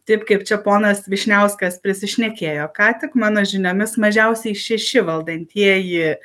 taip kaip čia ponas vyšniauskas prisišnekėjo ką tik mano žiniomis mažiausiai šeši valdantieji